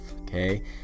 okay